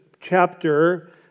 chapter